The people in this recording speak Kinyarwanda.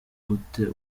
gute